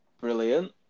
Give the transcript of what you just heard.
Brilliant